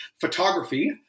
photography